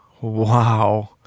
Wow